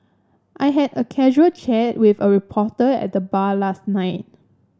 I had a casual chat with a reporter at the bar last night